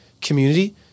community